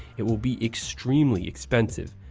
it will be extremely expensive.